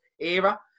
era